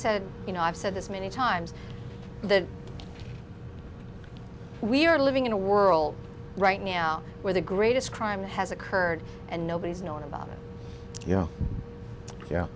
said you know i've said this many times that we're living in a world right now where the greatest crime has occurred and nobody's known about it y